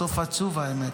הסוף עצוב האמת,